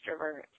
extrovert